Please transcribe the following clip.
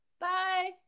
Bye